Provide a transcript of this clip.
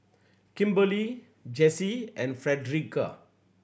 Kimberli Jessye and Frederica